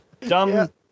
dumb